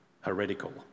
heretical